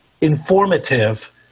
informative